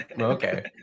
Okay